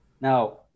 Now